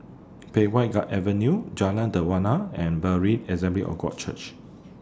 Pei Wah God Avenue Jalan Dermawan and Berean Assembly of God Church